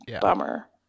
bummer